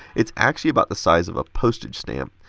it's actually about the size of a postage stamp.